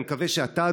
אני מקווה שאתה,